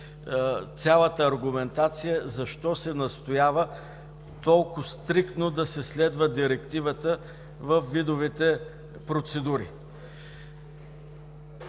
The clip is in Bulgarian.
цялата аргументация защо се настоява толкова стриктно да се следва Директивата във видовете процедури.